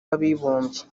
w’abibumbye